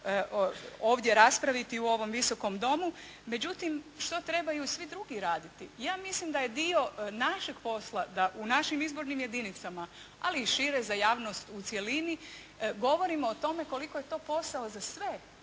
ovdje raspraviti u ovom Visokom domu. Međutim što trebaju svi drugi raditi? Ja mislim da je dio našeg posla da u našim izbornim jedinicama, ali i šire za javnost u cjelini, govorimo o tome koliko je to posao za sve.